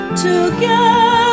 together